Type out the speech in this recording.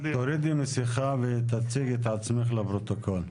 --- תורידי מסכה ותציגי את עצמך לפרוטוקול.